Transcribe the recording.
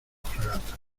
fragata